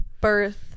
birth